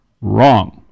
Wrong